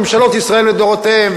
ממשלות ישראל לדורותיהן,